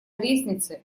лестнице